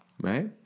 right